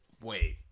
Wait